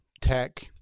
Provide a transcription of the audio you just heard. tech